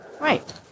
Right